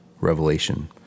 revelation